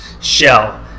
shell